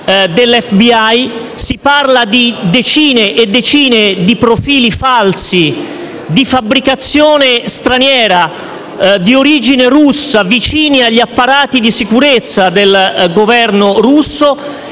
Si parla di decine e decine di profili falsi, di fabbricazione straniera, di origine russa, vicini agli apparati di sicurezza del Governo russo,